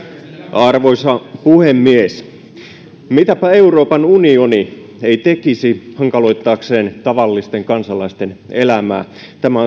arvoisa puhemies mitäpä euroopan unioni ei tekisi hankaloittaakseen tavallisten kansalaisten elämää tämä